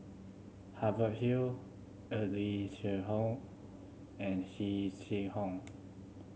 Hubert Hill Eng Lee Seok and Chee How